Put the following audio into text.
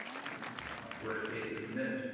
even much worse cases than this.